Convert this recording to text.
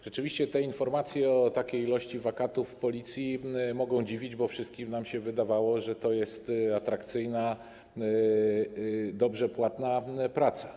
Rzeczywiście informacje o takiej liczbie wakatów w Policji mogą dziwić, bo wszystkim nam się wydawało, że to jest atrakcyjna, dobrze płatna praca.